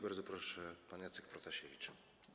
Bardzo proszę, pan Jacek Protasiewicz.